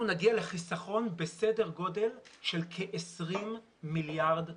אנחנו נגיע לחסכון בסדר גודל של כ-20 מיליארד שקלים.